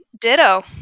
Ditto